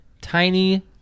tiny